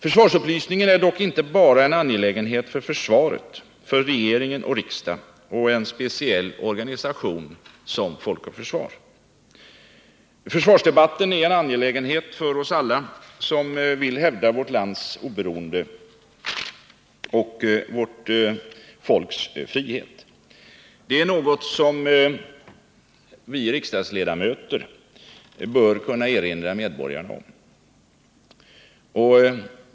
Försvarsupplysningen är dock inte bara en angelägenhet för försvar, för regeringen och riksdagen och en speciell organisation som Folk och försvar. Försvarsdebatterna är en angelägenhet för oss alla som vill hävda vårt lands oberoende och vårt folks frihet. Det är något som vi riksdagsledamöter bör kunna erinra medborgarna om.